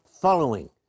following